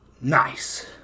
Nice